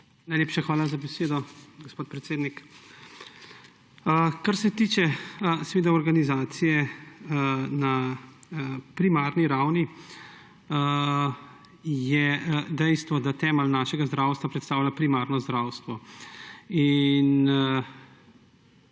Najlepša hvala za besedo, gospod predsednik. Kar se tiče organizacije na primarni ravni, je dejstvo, da temelj našega zdravstva predstavlja primarno zdravstvo